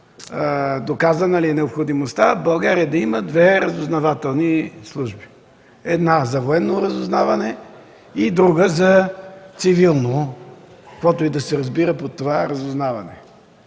доказана ли е необходимостта в България да има две разузнавателни служби? Една за военно разузнаване и друга – за цивилно разузнаване, каквото и да се разбира под това. По начина,